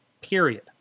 Period